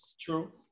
True